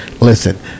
Listen